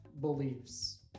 beliefs